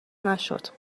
نشد